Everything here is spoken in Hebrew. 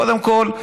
קודם כול,